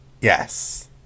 Yes